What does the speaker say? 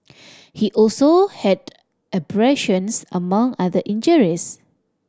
he also had abrasions among other injuries